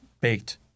baked